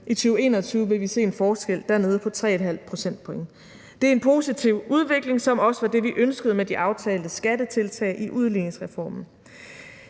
I 2021 vil vi se en forskel, der er nede på 3,5 procentpoint. Det er en positiv udvikling, som også var det, vi ønskede med de aftalte skattetiltag i udligningsreformen.